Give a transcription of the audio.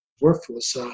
worthless